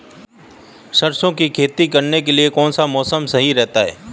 सरसों की खेती करने के लिए कौनसा मौसम सही रहता है?